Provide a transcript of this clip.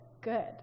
good